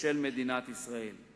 של מדינת ישראל.